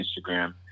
Instagram